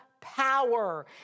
power